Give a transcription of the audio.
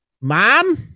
mom